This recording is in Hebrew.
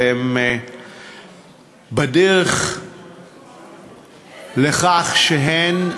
והן בדרך לכך שהן,